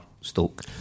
Stoke